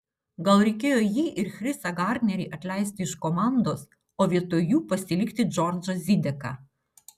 gal reikėjo jį ir chrisą garnerį atleisti iš komandos o vietoj jų pasilikti džordžą zideką